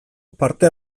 parte